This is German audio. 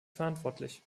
verantwortlich